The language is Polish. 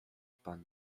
pan